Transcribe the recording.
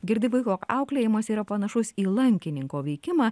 girdi vaiko auklėjimas yra panašus į lankininko veikimą